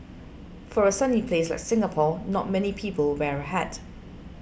for a sunny place like Singapore not many people wear a hat